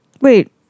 Wait